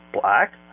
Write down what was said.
black